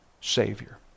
Savior